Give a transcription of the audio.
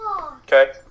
Okay